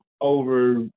over